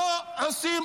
נא לסיים.